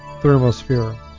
thermosphere